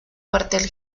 cuartel